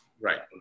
Right